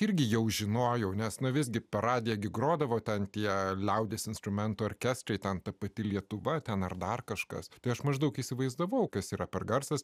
irgi jau žinojau nes visgi per radiją grodavo ten tie liaudies instrumentų orkestrai ten ta pati lietuva ten ar dar kažkas tai aš maždaug įsivaizdavau kas yra per garsas